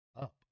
up